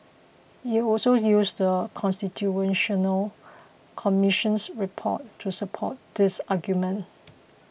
he also used The Constitutional Commission's report to support this argument